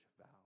vow